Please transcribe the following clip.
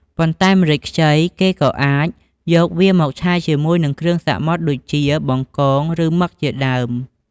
ប៉ុន្តែ ម្រេចខ្ចីគេក៏អាចយកវាមកឆាជាមួយនិងគ្រឿងសមុទ្រដូចជា បង្កង ឬមឹកជាដើម។